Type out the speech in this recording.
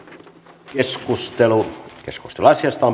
keskustelu päättyi